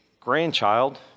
grandchild